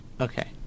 Okay